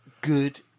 good